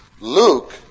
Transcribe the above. Luke